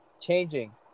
changing